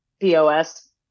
POS